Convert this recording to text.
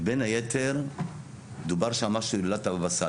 היתר דובר שם משהו על הילולת הבבא סאלי.